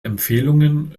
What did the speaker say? empfehlungen